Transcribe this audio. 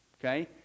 okay